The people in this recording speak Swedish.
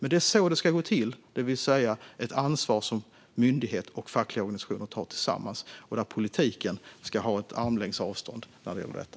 Det är så det ska gå till: Det är ett ansvar som myndighet och fackliga organisationer tar tillsammans, och politiken ska ha armlängds avstånd när det gäller detta.